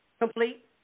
complete